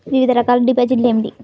వివిధ రకాల డిపాజిట్లు ఏమిటీ?